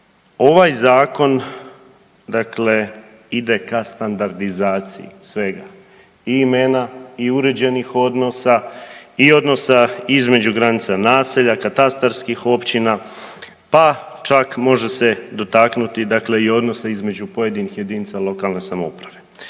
Ovaj Zakon dakle ide ka standardizaciji, svega, i imena i uređenih odnosa i odnosa između granica naselja, katastarskih općina, pa čak može se dotaknuti i dakle i odnosa između pojedinih jedinica lokalne samouprave.